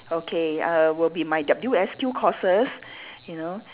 okay uh will be my W_S_Q courses you know